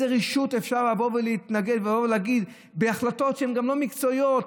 באיזו רשות אפשר לבוא ולהתנגד ולבוא להגיד בהחלטות שהן גם לא מקצועיות?